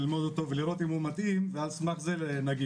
ללמוד אותו ולראות אם הוא מתאים ועל סמך זה נגיב.